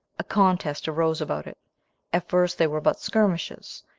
a contest arose about it at first they were but skirmishes,